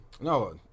No